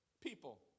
people